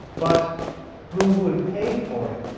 but who would pay for it?